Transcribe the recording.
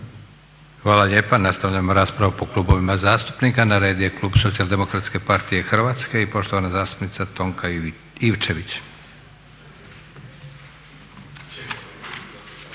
Hvala lijepo. Nastavljamo raspravu po klubovima zastupnika. Na redu je klub SDP-a Hrvatske i poštovana zastupnica Tonka Ivčević.